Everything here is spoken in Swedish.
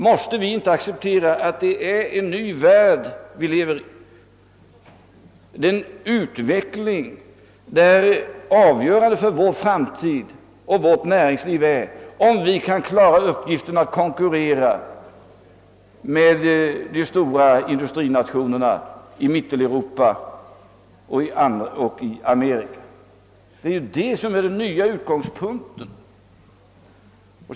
Måste vi inte acceptera att vi lever i en ny värld, där avgörande för vår framtid och för vårt näringsliv är om vi kan klara uppgiften att konkurrera med de stora industrinationerna i mellersta Europa och Amerika? Detta är den nya utgångspunkt vi har.